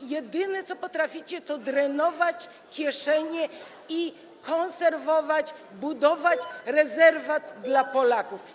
Wy jedyne, co potraficie, to drenować kieszenie i konserwować, budować rezerwat dla Polaków.